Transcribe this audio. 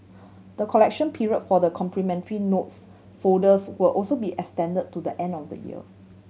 the collection period for the complimentary notes folders will also be extended to the end of the year